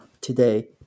today